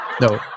No